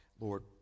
Lord